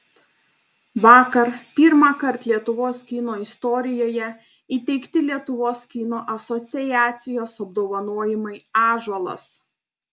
vakar pirmąkart lietuvos kino istorijoje įteikti lietuvos kino asociacijos apdovanojimai ąžuolas